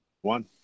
One